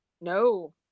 No